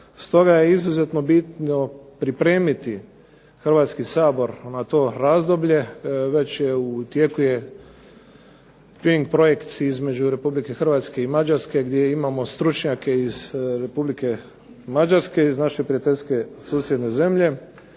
Stoga je izuzetno bitno pripremiti Hrvatski sabor na to razdoblje. Već je u tijeku je .../Govornik se ne razumije/... projekt između Republike Hrvatske i Mađarske gdje imamo stručnjake iz Republike Mađarske, iz naše prijateljske susjedne zemlje